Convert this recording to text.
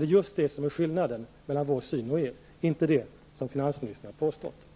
Det är just detta som är skillnaden mellan vår syn och er, inte det som finansministern har påstått.